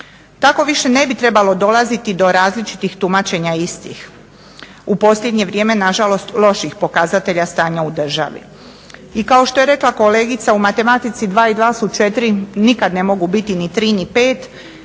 Tako više ne bi trebalo dolaziti do različitih tumačenja istih. U posljednje vrijeme nažalost loših pokazatelja stanja u državi. I kao što je rekla kolegica u matematici 2 i 2 su 4, nikad ne mogu biti ni 3 ni 5,